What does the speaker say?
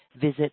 visit